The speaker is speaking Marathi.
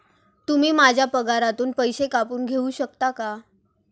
तुम्ही माझ्या पगारातून पैसे कापून घेऊ शकता का?